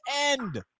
end